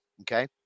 Okay